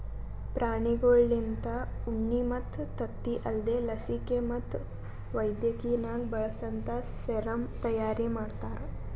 ಪ್ರಾಣಿಗೊಳ್ಲಿಂತ ಉಣ್ಣಿ ಮತ್ತ್ ತತ್ತಿ ಅಲ್ದೇ ಲಸಿಕೆ ಮತ್ತ್ ವೈದ್ಯಕಿನಾಗ್ ಬಳಸಂತಾ ಸೆರಮ್ ತೈಯಾರಿ ಮಾಡ್ತಾರ